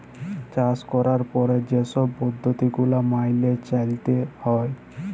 চাষ ক্যরার পরে যে ছব পদ্ধতি গুলা ম্যাইলে চ্যইলতে হ্যয়